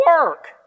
work